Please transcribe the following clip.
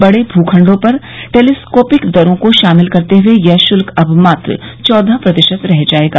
बड़े भूखण्डों पर टेलीस्कोपिक दरो को शामिल करते हुए यह शुल्क अब मात्र चौदह प्रतिशत रह जायेगा